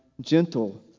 gentle